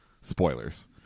spoilers